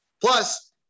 Plus